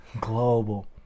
global